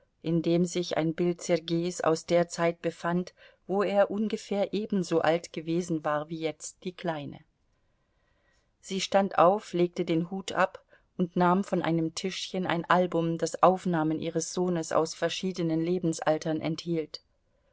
in dem sich ein bild sergeis aus der zeit befand wo er ungefähr ebenso alt gewesen war wie jetzt die kleine sie stand auf legte den hut ab und nahm von einem tischchen ein album das aufnahmen ihres sohnes aus verschiedenen lebensaltern enthielt